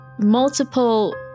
multiple